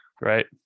Right